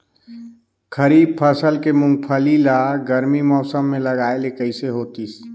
खरीफ फसल के मुंगफली ला गरमी मौसम मे लगाय ले कइसे होतिस?